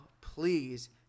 Please